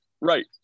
Right